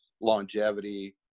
longevity